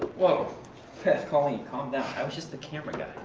woah colleen, calm down. i was just the camera guy!